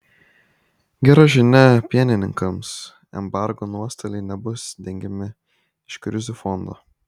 gera žinia pienininkams embargo nuostoliai nebus dengiami iš krizių fondo